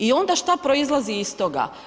I onda šta proizlazi iz toga?